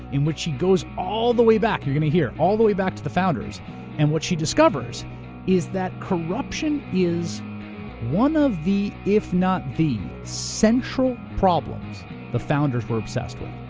in which she goes all the way back, you're gonna hear, all the way to the founders and what she discovers is that corruption is one of the, if not the, central problems the founders were obsessed with.